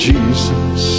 Jesus